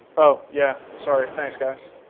oh, yeah, sorry, thanks, guys.